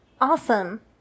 Awesome